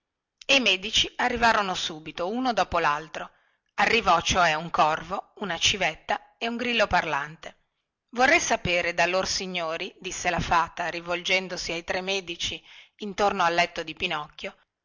i medici arrivarono subito uno dopo laltro arrivò cioè un corvo una civetta e un grillo parlante vorrei sapere da lor signori disse la fata rivolgendosi ai tre medici riuniti intorno al letto di pinocchio